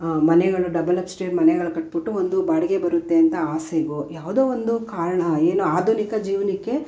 ಮನೆಗಳು double upstair ಮನೆಗಳ ಕಟ್ಟಿಬಿಟ್ಟು ಒಂದು ಬಾಡಿಗೆ ಬರುತ್ತೆ ಅಂತ ಆಸೆಗೋ ಯಾವುದೋ ಒಂದು ಕಾರಣ ಏನು ಆಧುನಿಕ ಜೀವನಕ್ಕೆ